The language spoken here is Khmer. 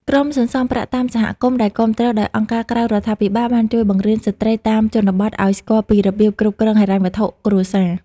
ក្រុមសន្សំប្រាក់តាមសហគមន៍ ដែលគាំទ្រដោយអង្គការក្រៅរដ្ឋាភិបាល បានជួយបង្រៀនស្ត្រីតាមជនបទឱ្យស្គាល់ពីរបៀបគ្រប់គ្រងហិរញ្ញវត្ថុគ្រួសារ។